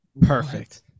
perfect